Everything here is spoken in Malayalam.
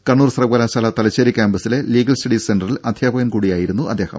കണ്ണൂർ സർവകലാശാല തലശ്ശേരി ക്യാമ്പസിലെ ലീഗൽ സ്റ്റഡീസ് സെന്ററിൽ അധ്യാപകൻ കൂടിയായിരുന്നു അദ്ദേഹം